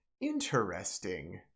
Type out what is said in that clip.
Interesting